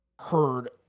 heard